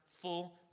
full